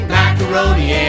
macaroni